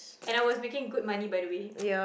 and I was making good money by the way